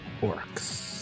orcs